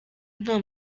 nta